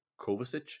Kovacic